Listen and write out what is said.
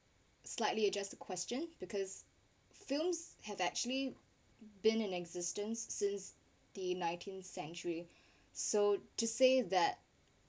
slightly adjust to question because films have actually been in existence since the nineteenth century so to say that